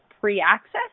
pre-access